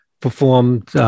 performed